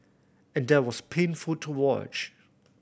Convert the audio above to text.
and that was painful to watch